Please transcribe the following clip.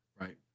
Right